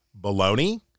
Bologna